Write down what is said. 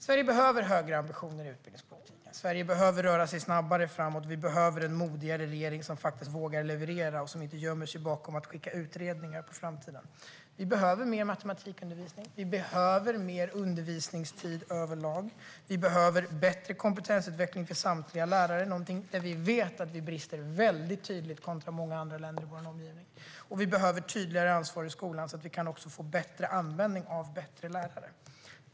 Sverige behöver högre ambitioner i utbildningspolitiken. Sverige behöver röra sig snabbare framåt. Vi behöver en modigare regering som vågar leverera och som inte gömmer sig bakom att skicka utredningar på framtiden. Vi behöver mer matematikundervisning. Vi behöver mer undervisningstid överlag. Vi behöver bättre kompetensutveckling för samtliga lärare. Det är ett område där vi vet att vi brister tydligt kontra många andra länder i vår omgivning. Vi behöver tydligare ansvar i skolan så att vi kan få bättre användning av bättre lärare.